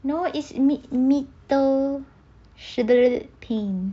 no it's me me ter~ pink